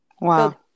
Wow